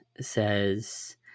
says